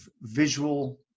visual